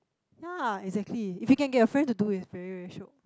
ya exactly if you can get your friends to do it it's very very shiok